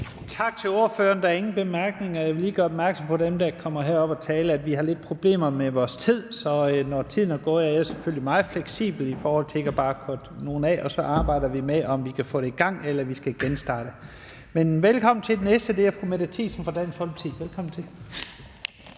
Tak til ordføreren. Der er ingen korte bemærkninger. Og jeg vil lige gøre opmærksom på i forhold til dem, der kommer op på talerstolen for at tale, at vi har lidt problemer med vores tid. Så når tiden er gået, er jeg selvfølgelig meget fleksibel i forhold til ikke bare at cutte nogen af, og så arbejder vi med, om vi kan få det i gang, eller om vi skal genstarte. Den næste er fru Mette Thiesen fra Dansk Folkeparti. Velkommen til.